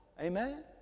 Amen